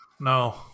No